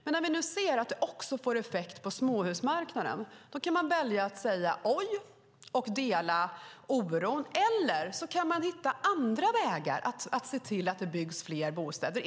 Men när vi ser att det också får effekt på småhusmarknaden, kan man välja att säga "oj" och dela oron, eller så kan man hitta andra vägar för att se till att det byggs fler bostäder.